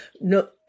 No